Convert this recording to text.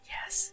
Yes